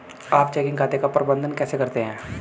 आप चेकिंग खाते का प्रबंधन कैसे करते हैं?